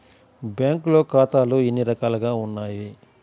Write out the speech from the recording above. బ్యాంక్లో ఖాతాలు ఎన్ని రకాలు ఉన్నావి?